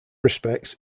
respects